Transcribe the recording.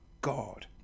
God